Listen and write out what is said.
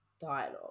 dialogue